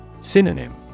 Synonym